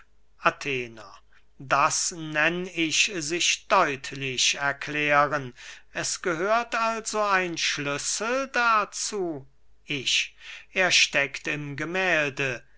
athener das nenn ich sich deutlich erklären es gehört also ein schlüssel dazu ich er steckt im gemählde